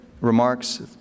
remarks